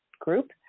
group